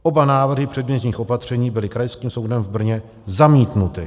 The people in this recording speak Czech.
Oba návrhy předběžných opatření byly Krajským soudem v Brně zamítnuty.